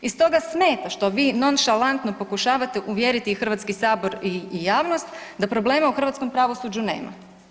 I stoga smeta što vi nonšalantno pokušavate uvjeriti i Hrvatski sabor i javnost da problema u hrvatskom pravosuđu nema.